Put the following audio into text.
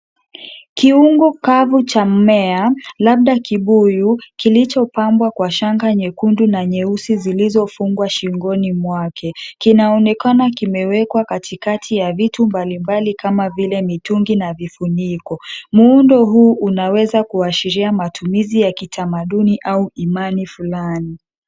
Kiungo kavu cha mmea labda kibuyu kilicho pambwa kwa shanga nyekundu na nyeusi zilizofungwa shingoni mwake. Kinaonekana kimewekwa katikati ya vitu mbalimbali kama vile mitungi na vifuniko. Muundo huu unaweza kuashiria matumizi ya kitamaduni au imani fulani.